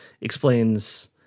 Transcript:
explains